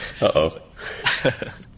uh-oh